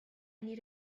need